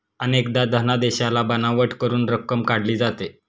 अनेकदा धनादेशाला बनावट करून रक्कम काढली जाते